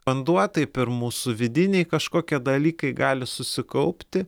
vanduo taip ir mūsų vidiniai kažkokie dalykai gali susikaupti